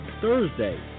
Thursday